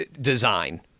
design